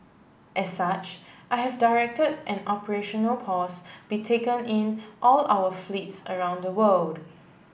as such I have directed an operational pause be taken in all of our fleets around the world